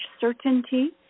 certainty